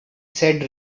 said